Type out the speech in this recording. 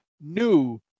new